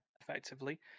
effectively